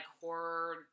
horror